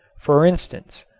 for instance,